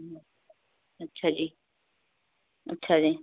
ਹਮ ਅੱਛਾ ਜੀ ਅੱਛਾ ਜੀ